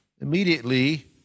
immediately